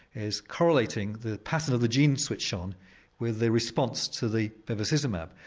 is correlating the pattern of the gene switched on with a response to the bevacizumab.